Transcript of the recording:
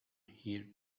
here